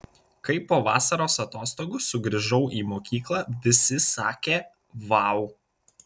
kai po vasaros atostogų sugrįžau į mokyklą visi sakė vau